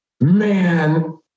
man